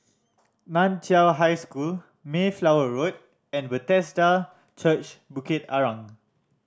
Nan Chiau High School Mayflower Road and Bethesda Church Bukit Arang